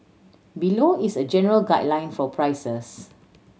below is a general guideline for prices